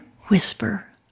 whisper